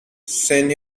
send